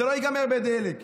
זה לא ייגמר בדלק.